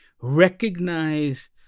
recognize